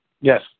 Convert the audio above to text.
Yes